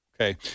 Okay